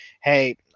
hey